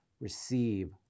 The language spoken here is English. Receive